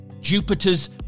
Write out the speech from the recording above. Jupiter's